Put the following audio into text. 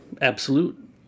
absolute